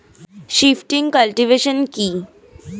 Shifting cultivation কি?